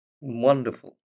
Wonderful